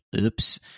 Oops